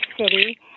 City